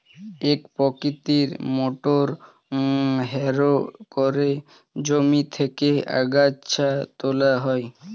এক প্রকৃতির motor harrow করে জমি থেকে আগাছা তোলা হয়